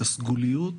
את הסגוליות,